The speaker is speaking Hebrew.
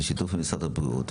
בשיתוף עם משרד הבריאות,